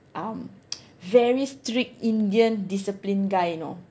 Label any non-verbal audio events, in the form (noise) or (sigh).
um (noise) very strict indian discipline guy you know